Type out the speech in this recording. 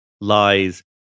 lies